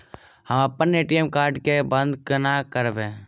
हम अप्पन ATM card केँ बंद कोना करेबै?